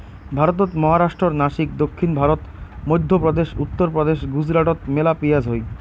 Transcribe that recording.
ভারতত মহারাষ্ট্রর নাসিক, দক্ষিণ ভারত, মইধ্যপ্রদেশ, উত্তরপ্রদেশ, গুজরাটত মেলা পিঁয়াজ হই